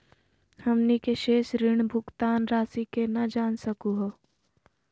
हमनी के शेष ऋण भुगतान रासी केना जान सकू हो?